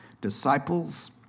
disciples